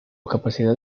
capacidad